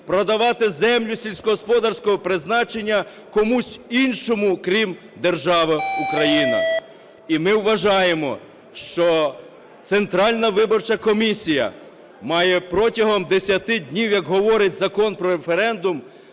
продавати землі сільськогосподарського призначення комусь іншому, крім держави Україна. І ми вважаємо, що Центральна виборча комісія має протягом 10 днів, як говорить Закон про референдум,